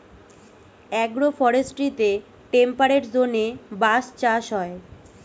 agro ফরেস্ট্রিতে temperate জোনে বাঁশ চাষ হয়